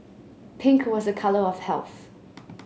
pink was a colour of health